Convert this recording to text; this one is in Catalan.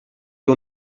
que